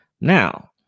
Now